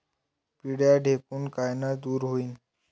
पिढ्या ढेकूण कायनं दूर होईन?